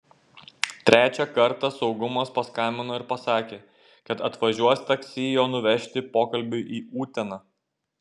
trečią kartą saugumas paskambino ir pasakė kad atvažiuos taksi jo nuvežti pokalbiui į uteną